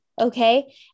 Okay